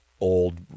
old